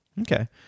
Okay